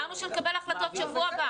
אמרנו שנקבל החלטות בשבוע הבא.